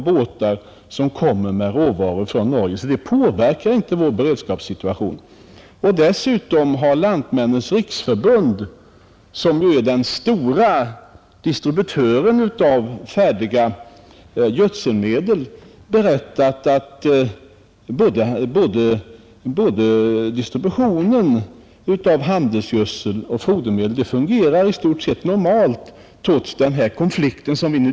Strejken påverkar alltså inte vår beredskapssituation. Dessutom har Lantmännens riksförbund, som ju är den stora distributören av färdiga gödselmedel, berättat att distributionen av både handelsgödsel och fodermedel fungerar i stort sett normalt trots konflikten.